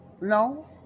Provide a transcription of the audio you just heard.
No